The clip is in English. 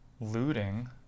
Looting